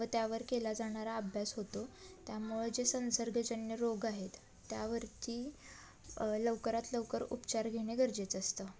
व त्यावर केला जाणारा अभ्यास होतो त्यामुळं जे संसर्गजन्य रोग आहेत त्यावरती लवकरात लवकर उपचार घेणे गरजेचं असतं